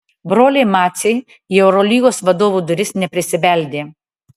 broliai maciai į eurolygos vadovų duris neprisibeldė